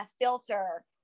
filter